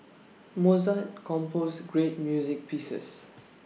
Mozart composed great music pieces